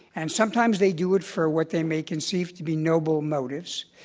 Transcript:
and sometimes they do it for what they may conceive to be noble motives.